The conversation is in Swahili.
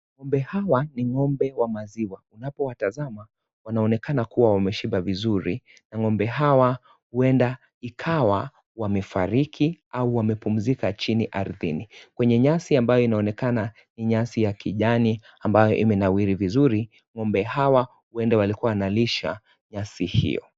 Ng'ombe hawa ni ng'ombe wa maziwa unapowatazama wanaonekana kuwa wameshiba vizuri, na ng'ombe hawa huenda ikawa wamefariki au wamepumzika chini ardhini kwenye nyasi ambayo inaonekana ni nyasi ya kijani ambayo imenawiri vizuri, ng'ombe hawa huenda walikua wanalisha nyasi hio.